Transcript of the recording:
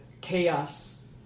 chaos